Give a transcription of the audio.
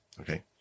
Okay